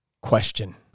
question